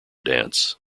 dance